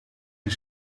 een